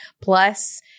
Plus